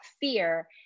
fear